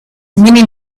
many